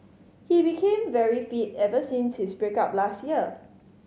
he became very fit ever since his break up last year